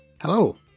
Hello